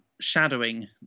shadowing